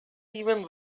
even